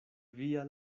via